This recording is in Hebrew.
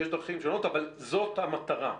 יש דרכים שונות, אבל זו המטרה.